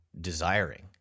desiring